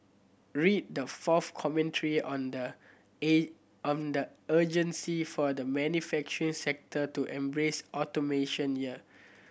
read the fourth commentary on the on the urgency for the manufacturing sector to embrace automation here